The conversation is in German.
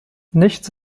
nichts